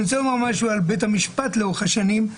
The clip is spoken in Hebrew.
אני רוצה לומר משהו על בית המשפט לאורך השנים.